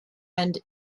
and